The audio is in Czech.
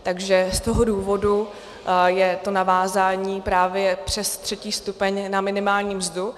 Takže z toho důvodu je to navázání právě přes třetí stupeň na minimální mzdu.